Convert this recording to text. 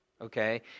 Okay